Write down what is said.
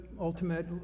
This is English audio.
ultimate